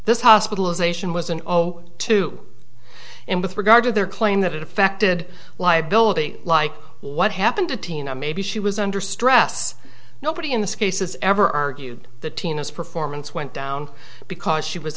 this hospitalization was an o to and with regard to their claim that it affected liability like what happened to tina maybe she was under stress nobody in this case has ever argued that tina's performance went down because she was